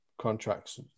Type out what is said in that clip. contracts